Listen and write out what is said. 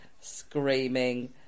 screaming